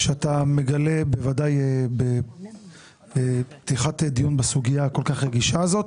שאתה מגלה בוודאי בפתיחת דיון בסוגיה הכול כך רגישה הזאת.